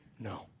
No